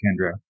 Kendra